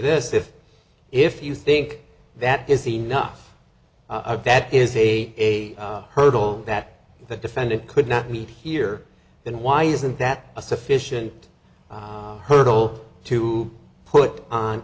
this if if you think that is enough that is a hurdle that the defendant could not meet here then why isn't that a sufficient hurdle to put on